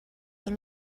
tot